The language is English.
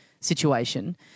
situation